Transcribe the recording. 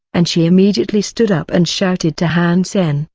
and she immediately stood up and shouted to han sen,